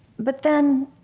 but then,